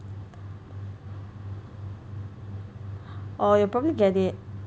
oh you'll probably get it